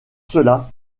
cela